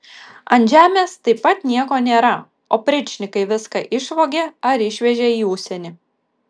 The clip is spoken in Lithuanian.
ant žemės taip pat nieko nėra opričnikai viską išvogė ar išvežė į užsienį